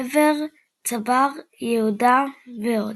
"עבר", "צבר", "יהודה" ועוד.